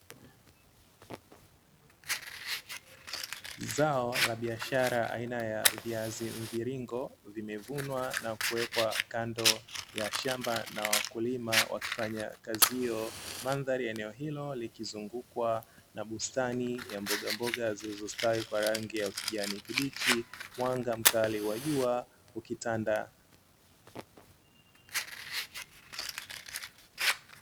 Zao la biashara aina ya viazi mviringo vimevunwa na kuwekwa kando ya shamba na wakulima wakifanya kazi hiyo, mandhari ya shamba ikizungukwa na bustani ya mboga mboga zilizostawi kwa rangi ya ukijani kibichi, mwanga mkali wa jua ukitanda.